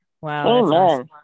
Wow